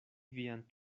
vian